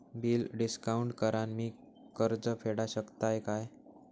Bill discount करान मी कर्ज फेडा शकताय काय?